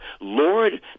Lord